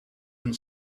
and